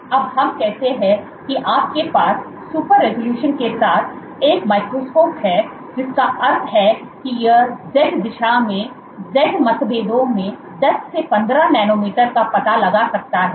तो अब हम कहते हैं कि आपके पास सुपर रिज़ॉल्यूशन के साथ एक माइक्रोस्कोप है जिसका अर्थ है कि यह z दिशा में z मतभेदों में 10 से 15 नैनोमीटर का पता लगा सकता है